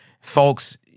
Folks